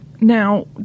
Now